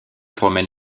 promène